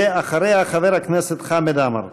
ואחריה, חבר הכנסת חמד עמאר.